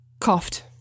coughed